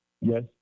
Yes